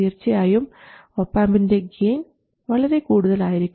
തീർച്ചയായും ഒപാംപിൻറെ ഗെയിൻ വളരെ കൂടുതലായിരിക്കും